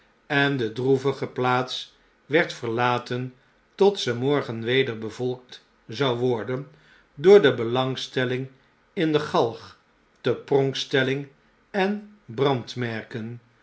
en de droevige plaats werd verlaten tot ze morgen weder bevolkt zou worden door de belangstelling in galg tepronkstelling en